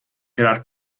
quedar